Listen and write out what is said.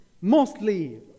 Mostly